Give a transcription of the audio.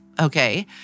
Okay